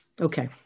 Okay